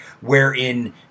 wherein